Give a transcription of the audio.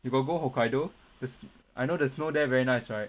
you got go hokkaido this I know the snow there very nice right